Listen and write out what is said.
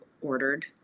ordered